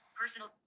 personal